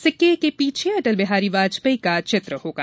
सिक्के के पीछे अटलबिहारी वाजपेयी का चित्र होगा